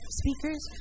speakers